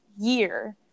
year